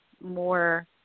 more